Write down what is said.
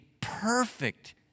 perfect